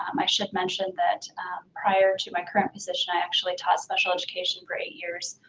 um i should mention that prior to my current position, i actually taught special education for eight years.